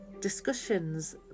discussions